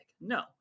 no